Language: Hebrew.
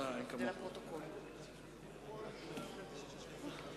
אחמד, תן צלצול שידעו, מי שבעד